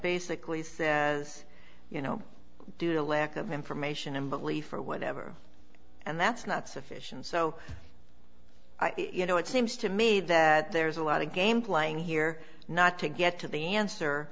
basically says you know due to lack of information and belief or whatever and that's not sufficient so you know it seems to me that there's a lot of game playing here not to get to the answer